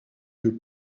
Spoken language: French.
que